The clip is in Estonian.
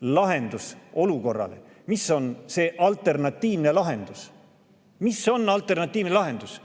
lahendus olukorrale? Mis on see alternatiivne lahendus? Mis on alternatiivne lahendus?!